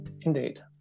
indeed